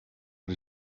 but